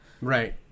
Right